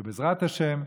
שבעזרת השם,